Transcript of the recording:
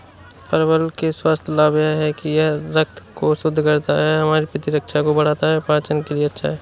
परवल के स्वास्थ्य लाभ यह हैं कि यह रक्त को शुद्ध करता है, हमारी प्रतिरक्षा को बढ़ाता है, पाचन के लिए अच्छा है